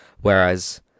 whereas